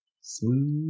Smooth